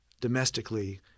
domestically